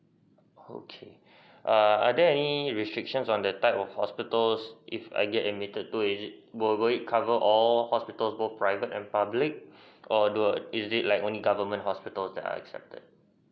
okay err are there any restrictions on the type of hospitals if I get admitted to is it would would it cover all hospital for private and public or do I is it like only government hospital that are accepted